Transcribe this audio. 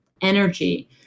energy